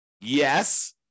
Yes